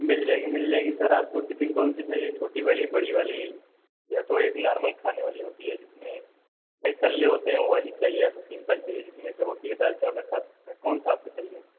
मिल जाएगी मिल जाएगी सर आपको टिफिन कौन सी चाहिए छोटी वाली बड़ी वाली या तो एक नार्मल खाने वाली होती है जिसमें कई तल्ले होते हैं वो वाली चाहिए आपको सिम्पल चाहिए जिसमें कि रोटी या दाल चावल रखा जाता है कौन सा आपको चाहिए